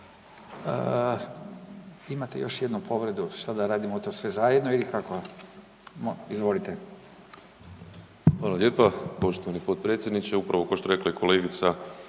Imate još jednu povredu, šta da radimo to sve zajedno ili kako? Izvolite. **Habijan, Damir (HDZ)** Hvala lijepa poštovani potpredsjedniče, upravo košto je rekla i kolegica,